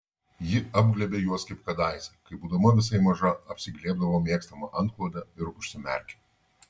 ji apglėbė juos kaip kadaise kai būdama visai maža apsiglėbdavo mėgstamą antklodę ir užsimerkė